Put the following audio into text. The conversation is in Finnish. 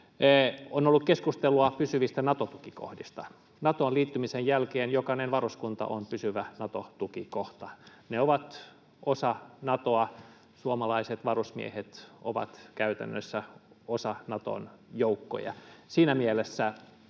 On ollut keskustelua pysyvistä Nato-tukikohdista. Natoon liittymisen jälkeen jokainen varuskunta on pysyvä Nato-tukikohta. Ne ovat osa Natoa, suomalaiset varusmiehet ovat käytännössä osa Naton joukkoja. Siinä mielessä